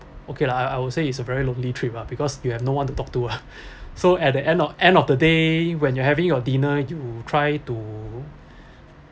okay lah I I would say it's a very lonely trip lah because you have no one to talk to ah so at the end of end of the day when you're having your dinner you try to